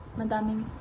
madaming